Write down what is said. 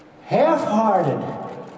half-hearted